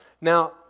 Now